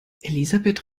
elisabeth